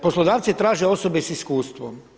Poslodavci traže osobe sa iskustvom.